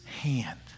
hand